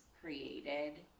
created